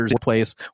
place